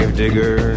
digger